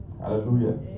Hallelujah